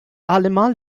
allemaal